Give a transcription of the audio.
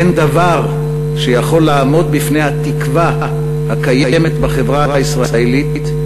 אין דבר שיכול לעמוד בפני התקווה הקיימת בחברה הישראלית,